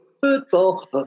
football